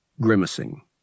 grimacing